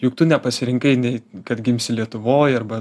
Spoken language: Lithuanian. juk tu nepasirinkai nei kad gimsi lietuvoj arba